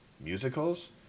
musicals